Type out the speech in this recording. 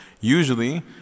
Usually